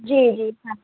जी जी